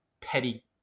petty